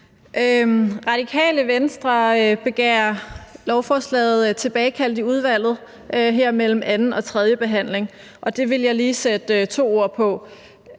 Radikale Venstre begærer lovforslaget tilbage til udvalget her mellem anden og tredje behandling. Det vil jeg lige sætte to ord på.